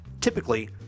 Typically